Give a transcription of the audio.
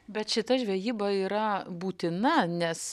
bet šita žvejyba yra būtina nes